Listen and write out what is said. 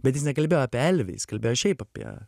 bet jis nekalbėjo apie elvį jis kalbėjo šiaip apie